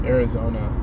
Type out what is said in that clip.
Arizona